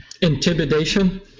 Intimidation